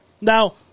Now